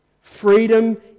Freedom